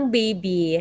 baby